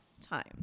time